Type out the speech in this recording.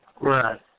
Right